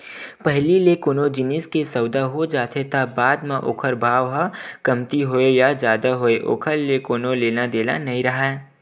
पहिली ले कोनो जिनिस के सउदा हो जाथे त बाद म ओखर भाव ह कमती होवय या जादा ओखर ले कोनो लेना देना नइ राहय